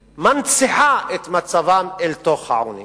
מנציחה את מצבם, אל תוך העוני.